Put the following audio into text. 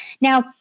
Now